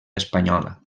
espanyola